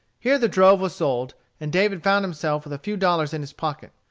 here the drove was sold, and david found himself with a few dollars in his pocket.